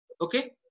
Okay